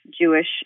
Jewish